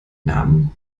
namen